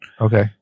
Okay